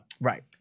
right